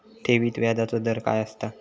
ठेवीत व्याजचो दर काय असता?